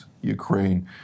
Ukraine